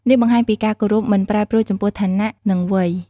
នេះបង្ហាញពីការគោរពមិនប្រែប្រួលចំពោះឋានៈ និងវ័យ។